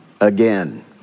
again